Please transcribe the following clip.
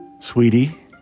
Sweetie